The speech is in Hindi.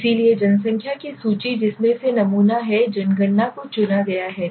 इसलिए जनसंख्या की सूची जिसमें से नमूना है जनगणना को चुना गया है